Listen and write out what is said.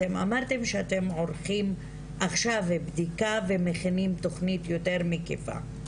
אתם אמרתם שאתם עורכים עכשיו בדיקה ומכינים תוכנית יותר מקיפה,